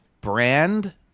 brand